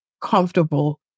comfortable